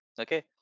okay